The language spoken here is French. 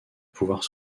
pouvoir